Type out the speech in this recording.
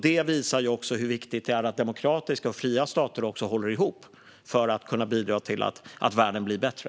Det visar hur viktigt det är att demokratiska och fria stater håller ihop för att kunna bidra till att världen blir bättre.